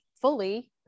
fully